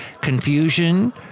confusion